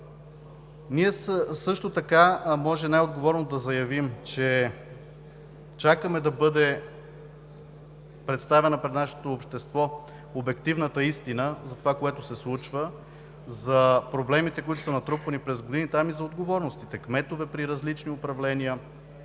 Ние също така можем най-отговорно да заявим, че чакаме да бъде представена пред нашето общество обективната истина за това, което се случва, за проблемите, които са натрупвани през годините, както и за отговорностите – кметове при различни управления,